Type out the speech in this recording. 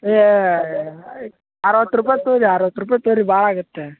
ಏ ಅರವತ್ತು ರೂಪಾತಿ ತೋರಿ ಅರವತ್ತು ರೂಪಾಯಿ ತೋರಿ ಭಾಳ ಆಗುತ್ತೆ